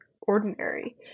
ordinary